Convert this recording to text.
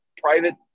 private